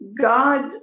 God